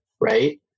right